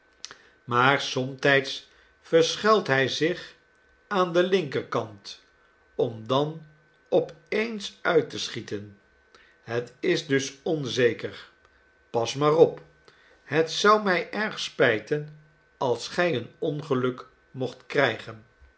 maar somtijds verschuilt hij zich aan den linkerkant om dan op eens uit te schieten het is dus onzeker pas maar op het zou mij erg spijten als gij een ongeluk mocht krijgen